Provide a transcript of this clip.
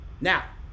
Now